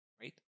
right